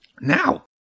Now